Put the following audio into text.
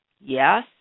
Yes